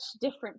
different